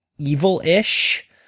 evil-ish